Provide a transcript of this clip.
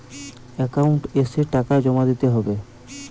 Account এসে টাকা জমা দিতে হবে?